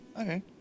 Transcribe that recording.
Okay